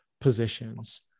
positions